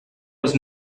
was